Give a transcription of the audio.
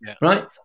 right